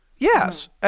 Yes